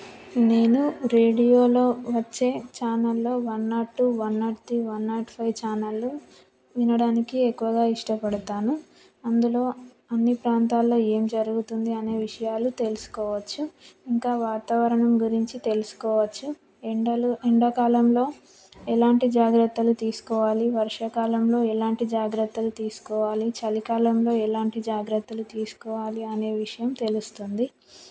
నేను రేడియోలో వచ్చే ఛానల్లో one nought two one nought three one nought five ఛానల్లు వినడానికి ఎక్కువగా ఇష్టపడతాను అందులో అన్ని ప్రాంతాలలో ఏమి జరుగుతుంది అనే విషయాలు తెలుసుకోవచ్చు ఇంకా వాతావరణం గురించి తెలుసుకోవచ్చు ఎండలు ఎండాకాలంలో ఎలాంటి జాగ్రత్తలు తీసుకోవాలి వర్షాకాలంలో ఎలాంటి జాగ్రత్తలు తీసుకోవాలి చలికాలంలో ఎలాంటి జాగ్రత్తలు తీసుకోవాలి అనే విషయం తెలుస్తుంది